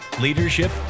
leadership